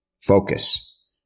focus